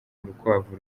urukwavu